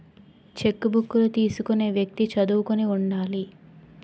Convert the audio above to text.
చెక్కుబుక్కులు తీసుకునే వ్యక్తి చదువుకుని ఉండాలి